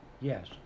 yes